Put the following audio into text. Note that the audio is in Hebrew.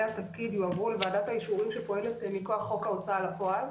התפקיד יועברו לוועדת האישורים שפועלת מכוח חוק ההוצאה לפועל.